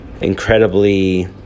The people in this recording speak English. incredibly